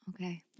Okay